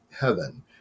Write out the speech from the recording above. heaven